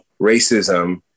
racism